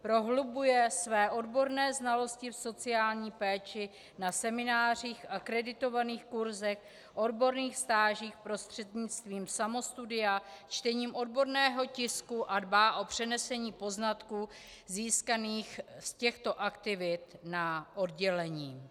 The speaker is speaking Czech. Prohlubuje své odborné znalosti v sociální péči na seminářích, akreditovaných kurzech, odborných stážích, prostřednictvím samostudia, čtením odborného tisku a dbá o přenesení poznatků získaných z těchto aktivit na oddělení.